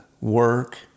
work